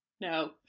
No